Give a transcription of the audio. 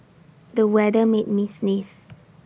the weather made me sneeze